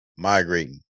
Migrating